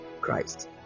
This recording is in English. Christ